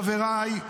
חבריי,